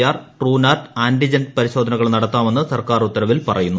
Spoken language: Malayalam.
ആർ ട്രൂനാറ്റ് ആന്റിജൻ പരിശോധനകൾ നടത്താമെന്ന് സർക്കാർ ഉത്തരവിൽ പറയുന്നു